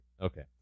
Okay